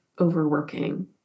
overworking